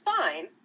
fine